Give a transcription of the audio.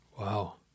Wow